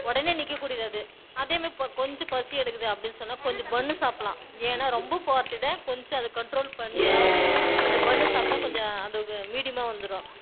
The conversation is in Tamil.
உடனே நிற்கக்கூடியது அது அதேமாரி இப்போ கொஞ்சம் பசி எடுக்குது அப்டின்னு சொன்னால் கொஞ்சம் பன்னு சாப்பிட்லாம் ஏன்னால் ரொம்ப போகிறத விட கொஞ்சம் அது கண்ட்ரோல் பண்ணியாவது அந்த பன்னு சாப்பிட்டா கொஞ்சம் அது மீடியமாக வந்துடும்